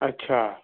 अच्छा